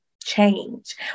change